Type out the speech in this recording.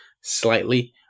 slightly